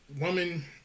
woman